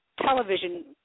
television